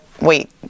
wait